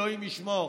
אלוהים ישמור,